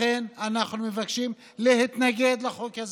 לכן אנחנו מבקשים להתנגד לחוק הזה,